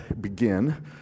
begin